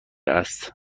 است